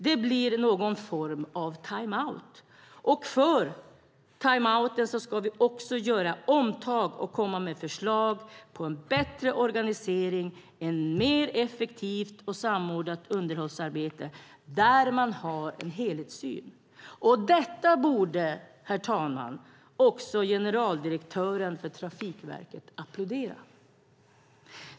Det blir någon form av timeout för att göra omtag och komma med förslag på en bättre organisering och ett mer effektivt och samordnat underhållsarbete där man har en helhetssyn. Detta borde generaldirektören för Trafikverket applådera.